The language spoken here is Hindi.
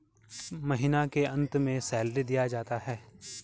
महीना के अंत में सैलरी दिया जाता है